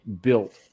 built